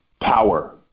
power